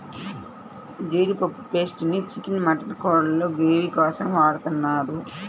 జీడిపప్పు పేస్ట్ ని chicken, mutton కూరల్లో గ్రేవీ కోసం వాడుతున్నారు